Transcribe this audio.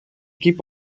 équipe